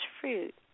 fruit